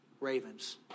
Ravens